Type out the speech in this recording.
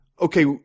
okay